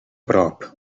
prop